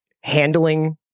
handling